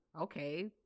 okay